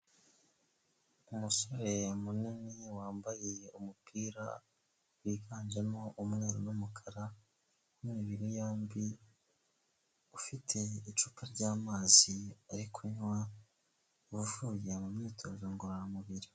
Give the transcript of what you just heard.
Umusore munini wambaye umupira wiganjemo umweru n'umukara, w'imibiri yombi, ufite icupa ry'amazi ari kunywa, uvuye mu myitozo ngororamubiri.